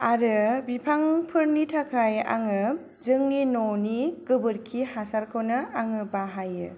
आरो बिफांफोरनि थाखाय आङो जोंनि न'नि गोबोरखि हासारखौनो आङो बाहायो